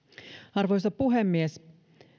arvoisa puhemies